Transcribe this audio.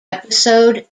episode